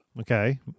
Okay